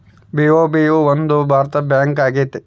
BOB ಒಂದು ಭಾರತದ bank ಆಗೈತೆ